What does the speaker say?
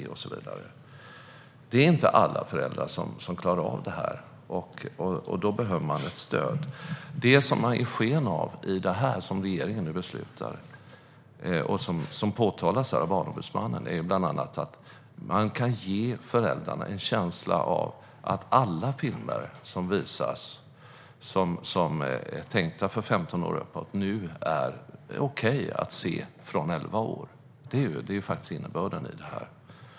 Det är inte alla föräldrar som klarar av det här, och då behövs ett stöd. Det som regeringen ger sken av i det som nu beslutas, vilket även påtalas av Barnombudsmannen, är bland annat att man kan ge föräldrarna en känsla av att alla filmer som visas som är tänkta för femtonåringar och äldre nu är okej att se även för elvaåringar. Detta är innebörden i det här.